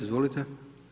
Izvolite.